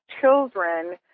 children